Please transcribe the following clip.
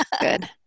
good